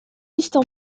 listes